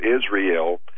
Israel